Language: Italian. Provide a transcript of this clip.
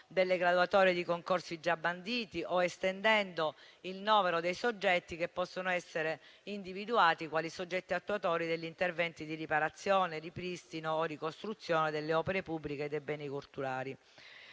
delle graduatorie di concorsi già banditi o estendendo il novero dei soggetti che possono essere individuati quali soggetti attuatori degli interventi di riparazione, ripristino o ricostruzione delle opere pubbliche e dei beni culturali.